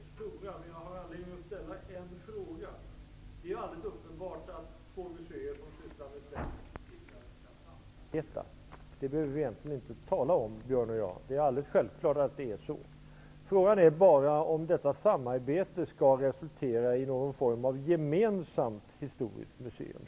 Herr talman! Som framgick av Björn Kaalings anförande är skillnaderna inte så stora. Men jag har anledning att ställa en fråga. Det är alldeles uppenbart att två museer som sysslar med svensk historia skall samarbeta. Det behöver vi egentligen inte tala om, Björn Kaaling och jag. Det är alldeles självklart att det är så. Frågan är bara om detta samarbete skall resultera i någon form av gemensamt historiskt museum.